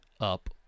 up